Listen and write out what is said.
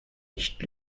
nicht